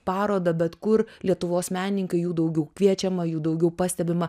parodą bet kur lietuvos menininkai jų daugiau kviečiama jų daugiau pastebima